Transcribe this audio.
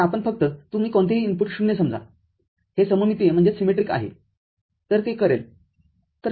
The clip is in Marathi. तर आपण फक्त तुम्ही कोणतेही इनपुट० समजाहे सममितीय आहेतर ते करेल